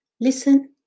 Listen